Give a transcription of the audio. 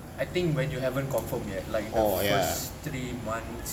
I think when you haven't confirm yet like the first three months